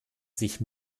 sich